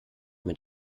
mit